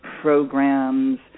programs